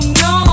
no